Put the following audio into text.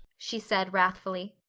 she said wrathfully.